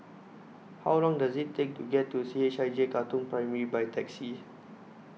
How Long Does IT Take to get to C H I J Katong Primary By Taxi